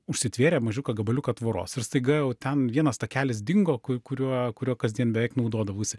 užsitvėrė mažiuką gabaliuką tvoros ir staiga jau ten vienas takelis dingo ku kuriuo kuriuo kasdien beveik naudodavausi